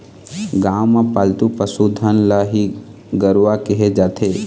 गाँव म पालतू पसु धन ल ही गरूवा केहे जाथे